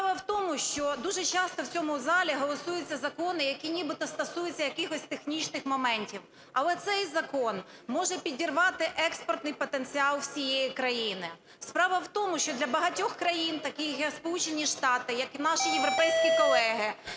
Справа в тому, що дуже часто в цьому залі голосуються закони, які нібито стосуються якихось технічних моментів, але цей закон може підірвати експортний потенціал всієї країни. Справа в тому, що для багатьох країн таких, як Сполучені Штати, як наші європейські колеги,